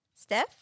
Steph